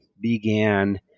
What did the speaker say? began